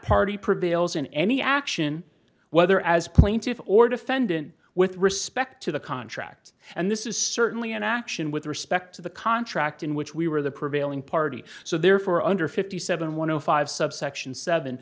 party prevails in any action whether as plaintiff or defendant with respect to the contract and this is certainly an action with respect to the contract in which we were the prevailing party so therefore under fifty seven one hundred five subsection seven